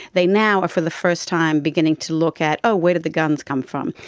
they now are for the first time beginning to look at ah where did the guns come from,